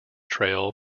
trail